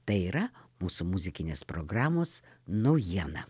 tai yra mūsų muzikinės programos naujiena